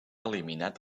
eliminat